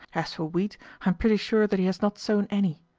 as for wheat, i am pretty sure that he has not sown any.